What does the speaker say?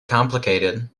complicated